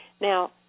Now